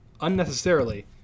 unnecessarily